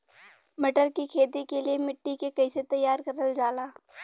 मटर की खेती के लिए मिट्टी के कैसे तैयार करल जाला?